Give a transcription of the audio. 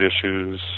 issues